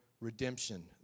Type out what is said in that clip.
redemption